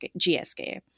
GSK